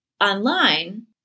online